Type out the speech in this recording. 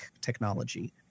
technology